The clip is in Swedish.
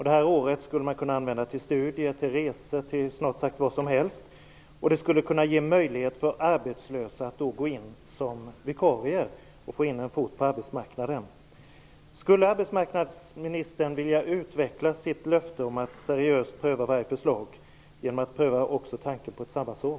Detta år skulle man kunna använda till studier, till resor, till snart sagt vad som helst. Det skulle kunna ge en möjlighet för arbetslösa att gå in som vikarier och därmed få in en fot på arbetsmarknaden. Skulle arbetsmarknadsministern vilja utveckla sitt löfte om att seriöst pröva varje förslag genom att pröva också tanken på ett sabbatsår?